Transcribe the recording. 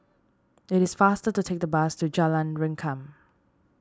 it is faster to take the bus to Jalan Rengkam